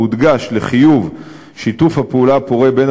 והודגש לחיוב שיתוף הפעולה הפורה בין